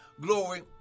glory